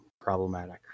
problematic